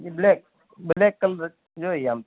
એ black black colour જ જોઈએ આમ તો